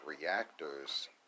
reactors